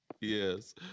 Yes